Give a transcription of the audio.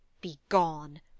Begone